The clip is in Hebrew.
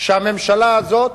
שהממשלה הזאת,